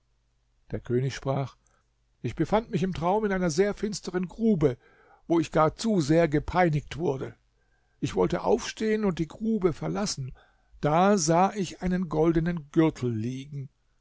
der könig sprach ich befand mich im traum in einer sehr finstern grube wo ich gar zu sehr gepeinigt wurde ich wollte aufstehen und die grube verlassen da sah ich einen goldenen gürtel liegen